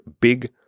Big